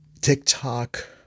TikTok